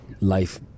life